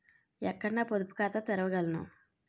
ఎక్కడ నా పొదుపు ఖాతాను తెరవగలను?